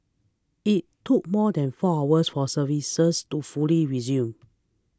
it took more than four was for services to fully resume